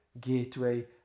Gateway